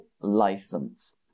license